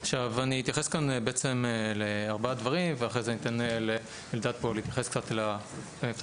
אתייחס לארבעה דברים ואחר כך אתן לאלדד פה להתייחס קצת לפצצה